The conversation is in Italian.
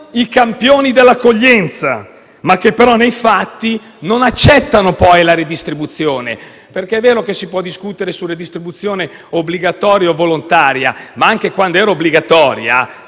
i campioni dell'accoglienza, nei fatti non accettano poi la redistribuzione. È vero, infatti, che si può discutere sulla redistribuzione obbligatoria o volontaria, ma, anche quando era obbligatoria,